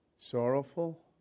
Sorrowful